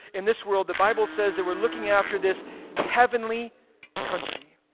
in this world. the bible says that we're looking after this heavenly country.